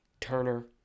Turner